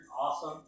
awesome